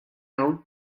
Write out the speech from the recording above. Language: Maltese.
hawn